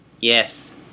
Yes